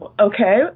okay